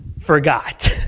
forgot